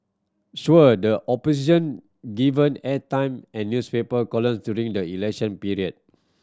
sure the Opposition given airtime and newspaper columns during the election period